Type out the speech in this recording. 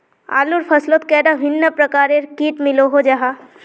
आलूर फसलोत कैडा भिन्न प्रकारेर किट मिलोहो जाहा?